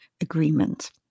agreement